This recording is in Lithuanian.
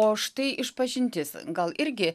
o štai išpažintis gal irgi